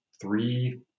three